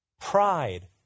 Pride